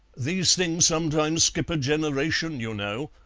these things sometimes skip a generation, you know,